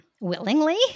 willingly